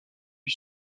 lui